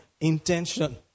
intention